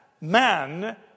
man